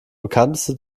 bekannteste